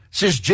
says